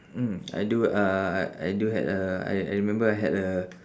mm I do uh I I do had a I I remember I had a